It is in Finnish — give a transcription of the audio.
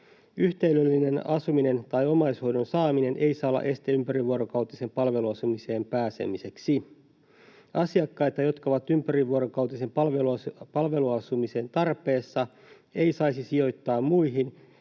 Yhteisöllinen asuminen tai omaishoidon saaminen ei saa olla este ympärivuorokautiseen palveluasumiseen pääsemiseksi. Asiakkaita, jotka ovat ympärivuorokautisen palveluasumisen tarpeessa, ei saisi sijoittaa muihin,